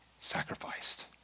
sacrificed